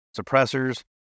suppressors